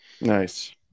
Nice